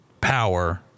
power